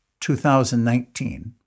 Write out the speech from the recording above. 2019